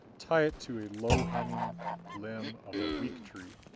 tie it to a low-hanging limb of a weak tree,